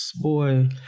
boy